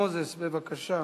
מוזס, בבקשה.